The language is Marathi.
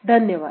धन्यवाद